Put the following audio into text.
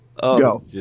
go